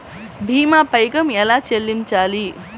భీమా పైకం ఎలా చెల్లించాలి?